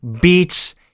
beats